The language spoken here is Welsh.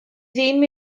ddim